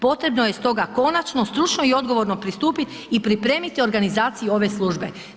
Potrebno je stoga konačno, stručno i odgovorno pristupiti i pripremiti organizaciju ove službe.